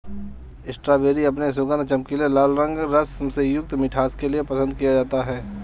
strawberry अपने सुगंध, चमकीले लाल रंग, रस से युक्त मिठास के लिए पसंद किया जाता है